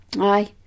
Aye